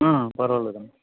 ఆ పర్వాలేదు అమ్మా